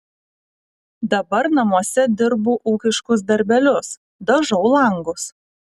dabar namuose dirbu ūkiškus darbelius dažau langus